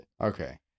Okay